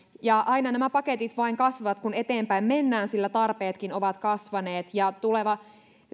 aina nämä paketit vain kasvavat kun eteenpäin mennään sillä tarpeetkin ovat kasvaneet tuleva